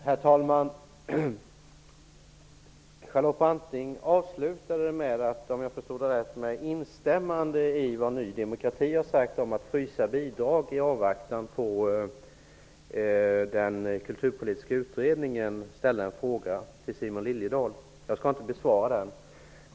Herr talman! Charlotte Branting avslutade sitt anförande -- om jag förstod det rätt -- med att med instämmande i vad Ny demokrati hade sagt om att frysa bidragen i avvaktan på den kulturpolitiska utredningen ställa en fråga till Simon Liliedahl. Jag skall inte besvara den.